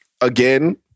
again